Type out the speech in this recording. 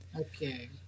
Okay